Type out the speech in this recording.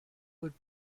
would